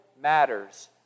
matters